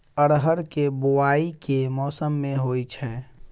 अरहर केँ बोवायी केँ मौसम मे होइ छैय?